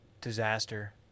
disaster